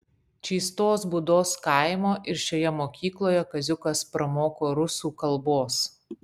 čystos būdos kaimo ir šioje mokykloje kaziukas pramoko rusų kalbos